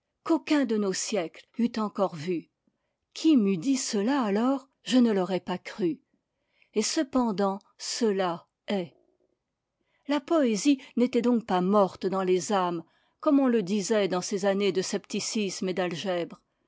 qu'aucun de nos siècles eût encore vu qui m'eût dit cela alors je ne l'aurais pas cru et cependant cela est la poésie n'était donc pas morte dans les ames comme on le disait dans ces années de scepticisme